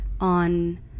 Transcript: on